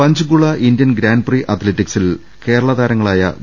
Panchkula Indian grand prix അത്ലറ്റിക്സിൽ കേരള താരങ്ങളായ V